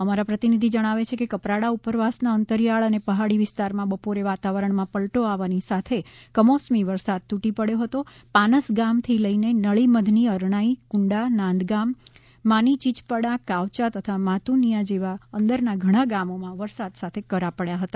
અમારા પ્રતિનિધિ જણાવે છે કૅ કપરાડા ઉપરવાસના અંતરિયાળ અને પહાડી વિસ્તારમાં બપોરે વાતાવરણમાં પલ્ટો આવતાની સાથે જોત જોતામાં કમોસમી વરસાદ તૂટી પડ્યો હતો પાનસ ગામથી લઈને નળીમધની અરણાઈ કુંડા નાંદગામ માનીચિયપાડા કાવચા તથા માતુનિયા જેવા અંદરના ઘણા ગામોમાં વરસાદ સાથે કરા પડ્યા હતા